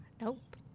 Nope